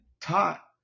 taught